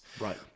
right